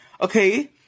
okay